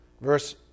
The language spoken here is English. Verse